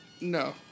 No